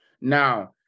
Now